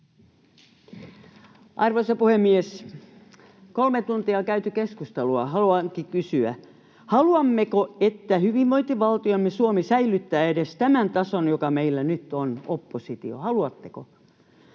Arvoisa puhemies! Kolme tuntia on käyty keskustelua. Haluankin kysyä: Haluammeko, että hyvinvointivaltiomme Suomi säilyttää edes tämän tason, joka meillä nyt on? Oppositio, haluatteko?